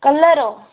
colour ओ